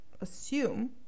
Assume